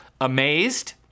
amazed